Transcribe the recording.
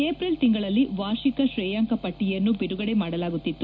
April ಶಿಂಗಳಲ್ಲಿ ವಾರ್ಷಿಕ ಶ್ರೇಯಾಂಕ ಪಟ್ಟಿಯನ್ನು ಬಿಡುಗಡೆ ಮಾಡಲಾಗುತಿತ್ತು